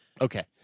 okay